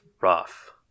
rough